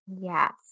Yes